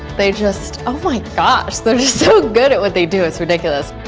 they just oh my gosh, they're just so good at what they do, it's ridiculous.